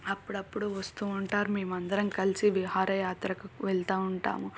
అప్పుడప్పుడు వస్తూ ఉంటారు మేమందరం కలిసి విహారయాత్రకి వెళ్తూ ఉంటాము